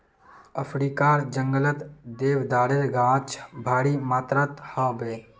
अफ्रीकार जंगलत देवदारेर गाछ भारी मात्रात ह बे